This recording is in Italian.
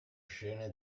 scene